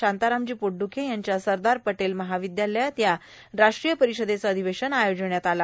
शांतारामजी पोटद्खे यांच्या सरदार पटेल महार्वावद्यालयात या राष्ट्रीय र्पारषदेचं अधिवेशन आयोजित करण्यात आलं